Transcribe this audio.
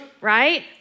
right